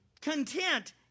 content